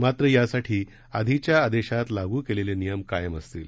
मात्र यासाठी आधीच्या आदेशात लागू करण्यात आलेले नियम कायम असतील